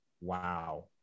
Wow